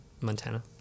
Montana